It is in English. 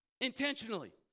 Intentionally